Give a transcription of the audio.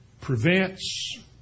prevents